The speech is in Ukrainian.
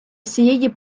всієї